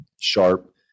sharp